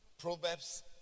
Proverbs